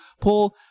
Paul